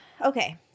Okay